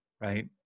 right